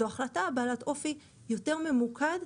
זו החלטה בעלת אופי יותר ממוקד,